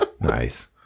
nice